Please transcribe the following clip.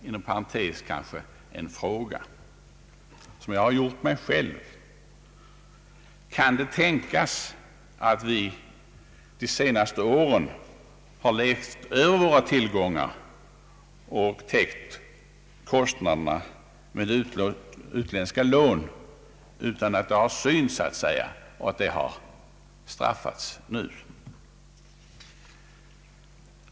Jag har också ställt en fråga till mig själv: Kan det till äventyrs tänkas att vi de senaste åren har levt över våra tillgångar och täckt kostnaderna härför med utländska lån, utan att det har synts, och att det till sist har återspeglat sig i valutareservens minskning?